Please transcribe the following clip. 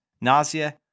nausea